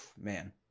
man